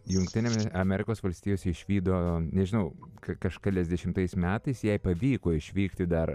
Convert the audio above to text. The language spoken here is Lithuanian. jungtinėse amerikos valstijose išvydo nežinau kaš keliasdešimtais metais jai pavyko išvykti dar